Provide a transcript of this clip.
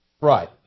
Right